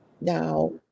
Now